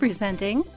Presenting